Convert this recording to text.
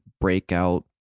breakout